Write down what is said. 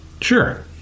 Sure